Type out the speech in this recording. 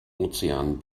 ozean